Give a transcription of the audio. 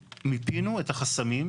מיפינו את החסמים,